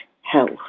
health